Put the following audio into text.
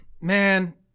Man